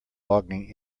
logging